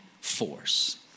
force